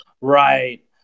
Right